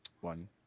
One